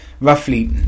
roughly